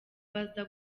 baza